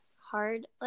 hard